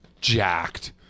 jacked